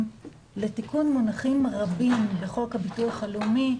לתיקון מונחים רבים בחוק הביטוח הלאומי,